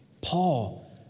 Paul